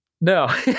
No